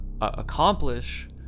accomplish